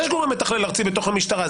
יש גורם מתכלל ארצי בתוך המשטרה,